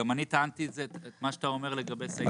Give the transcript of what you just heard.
גם אני טענתי את מה שאתה אומר לגבי סעיף (ב).